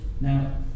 Now